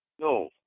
No